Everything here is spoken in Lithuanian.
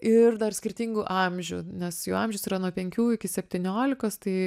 ir dar skirtingų amžių nes jų amžius yra nuo penkių iki septyniolikos tai